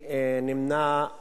לכי למשה ותקני ממנו ב-80.